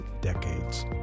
decades